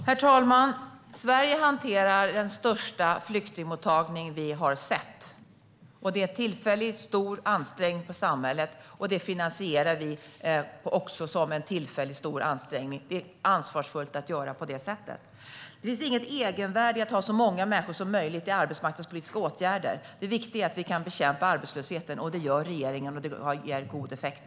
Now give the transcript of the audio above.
Herr talman! Sverige hanterar den största flyktingmottagning vi har sett. Det är en tillfällig och stor ansträngning för samhället, och det finansierar vi också som en tillfällig och stor ansträngning. Det är ansvarsfullt att göra på det sättet. Det finns inget egenvärde i att ha så många människor som möjligt i arbetsmarknadspolitiska åtgärder. Det viktiga är att vi kan bekämpa arbetslösheten. Det gör regeringen, och det ger god effekt.